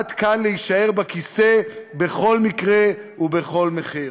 עד כאן להישאר בכיסא בכל מקרה ובכל מחיר.